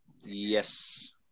Yes